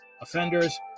offenders